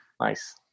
Nice